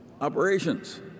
operations